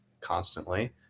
constantly